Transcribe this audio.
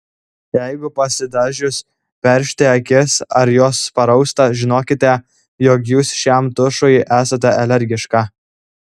jeigu pasidažius peršti akis ar jos parausta žinokite jog jūs šiam tušui esate alergiška